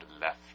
left